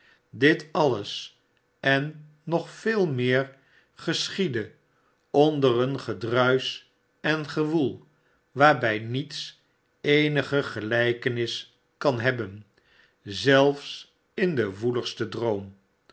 dit alles en nog veel meer geschiedde onder een gedruisch en gewoel waarbijniets eenige gelijkenis kan hebben zelfs in den woeligsten droom